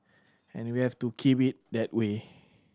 and we have to keep it that way